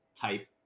type